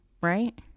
right